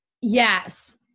Yes